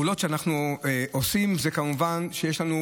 הפעולות שאנחנו עושים הן כמובן שיש לנו